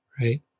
Right